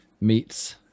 meets